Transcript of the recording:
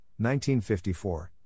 1954